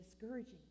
discouraging